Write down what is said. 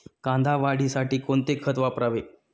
कांदा वाढीसाठी कोणते खत वापरावे?